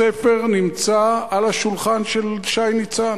הספר נמצא על השולחן של שי ניצן.